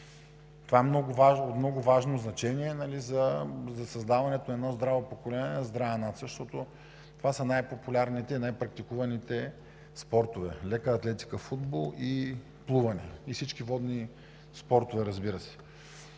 Това е от много важно значение за създаването на здраво поколение и здрава нация, защото това са най-популярните и най-практикуваните спортове – лека атлетика, футбол и плуване, и, разбира се,